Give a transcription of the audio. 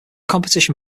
competition